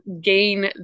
gain